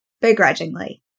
begrudgingly